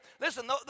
Listen